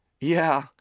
Yeah